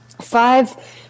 five